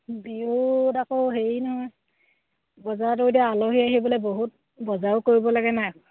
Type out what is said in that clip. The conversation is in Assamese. বিহুত আকৌ হেৰি নহয় বজাৰটো এতিয়া আলহী আহিবলে বহুত বজাৰো কৰিব লাগে নাই